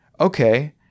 okay